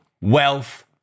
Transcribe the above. wealth